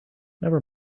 never